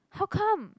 how come